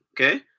okay